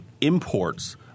imports